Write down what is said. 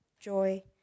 joy